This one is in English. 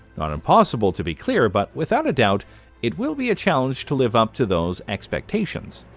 not impossible to be clear, but without a doubt it will be a challenge to live up to those expectations.